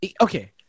Okay